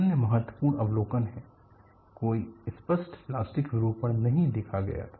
अन्य महत्वपूर्ण अवलोकन है कोई स्पष्ट प्लास्टिक विरूपण नहीं देखा गया था